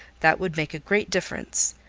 that would make great difference.